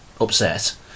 upset